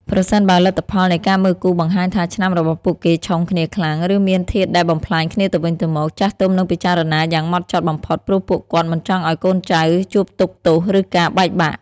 ប្រសិនបើលទ្ធផលនៃការមើលគូបង្ហាញថាឆ្នាំរបស់ពួកគេ "ឆុង" គ្នាខ្លាំង ឬមានធាតុដែលបំផ្លាញគ្នាទៅវិញទៅមក ចាស់ទុំនឹងពិចារណាយ៉ាងម៉ត់ចត់បំផុត ព្រោះពួកគាត់មិនចង់ឱ្យកូនចៅជួបទុក្ខទោស ឬការបែកបាក់។